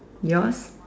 yours